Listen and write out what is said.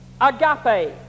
agape